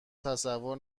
تصور